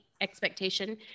expectation